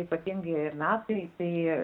ypatingi metai tai